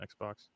Xbox